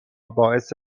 باعث